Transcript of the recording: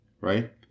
right